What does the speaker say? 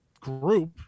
group